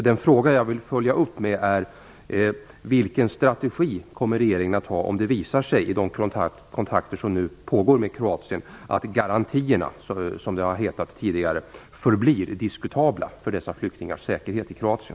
Den fråga som jag vill följa upp detta med är: Vilken strategi kommer regeringen att ha om det i de kontakter som nu pågår med Kroatien visar sig att garantierna, som det tidigare hetat, förblir diskutabla för dessa flyktingars säkerhet i Kroatien?